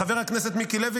חבר הכנסת מיקי לוי.